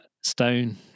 Stone